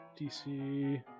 DC